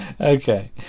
okay